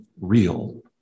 real